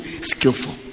skillful